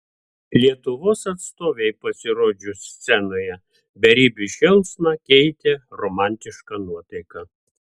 lietuvos atstovei pasirodžius scenoje beribį šėlsmą keitė romantiška nuotaika